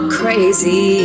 crazy